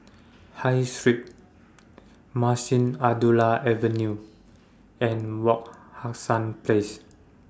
High Street Munshi Abdullah Avenue and Wak Hassan Place